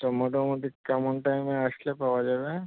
তো মোটামুটি কেমন টাইমে আসলে পাওয়া যাবে